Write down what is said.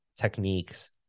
techniques